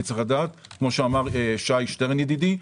צריך לדעת, כפי שאמר שי שטרן ידידי,